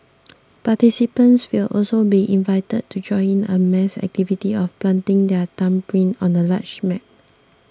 participants will also be invited to join in a mass activity of planting their thumbprint on a large map